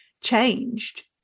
changed